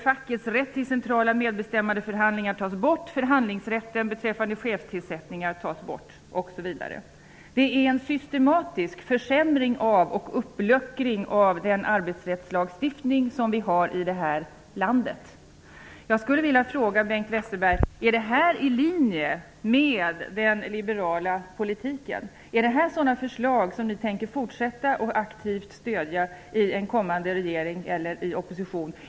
Fackets rätt till centrala medbestämmandeförhandlingar tas bort. Förhandlingsrätten beträffande chefstillsättningar tas bort osv. Det är en systematisk försämring och uppluckring av den arbetsrättslagstiftning vi har här i landet. Jag skulle vilja fråga Bengt Westerberg: Är detta i linje med den liberala politiken? Är det sådana förslag ni tänker fortsätta att aktivt stödja i en kommande regering eller i opposition?